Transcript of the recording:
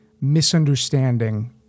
misunderstanding